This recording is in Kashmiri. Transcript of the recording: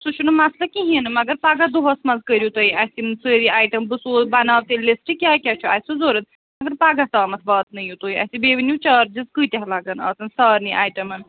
سُہ چھُنہٕ مَسلہٕ کِہیٖنٛۍ نہٕ مگر پگاہ دۄہس منٛز کٔرِو تُہۍ اَسہِ یِم سٲری آیٹم بہٕ سوزٕ بَناوٕ تیلہِ لِسٹہٕ کیٛاہ کیٛاہ چھُ اَسہِ ضروٗرت مگرپگاہ تامَتھ واتنٲوِو تُہۍ اَسہِ بیٚیہِ ؤنِو چارجِز کٕتیٛاہ لگن آسَن سارنٕے ایٹمن